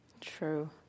True